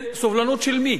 סובלנות של מי?